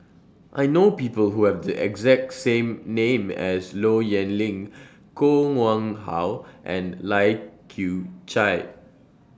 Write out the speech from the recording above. I know People Who Have The exact same name as Low Yen Ling Koh Nguang How and Lai Kew Chai